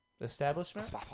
Establishment